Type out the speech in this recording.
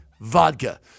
vodka